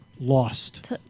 Lost